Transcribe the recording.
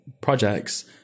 projects